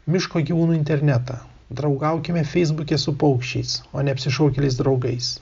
miško gyvūnų internetą draugaukime feisbuke su paukščiais o ne apsišaukėliais draugais